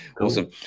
Awesome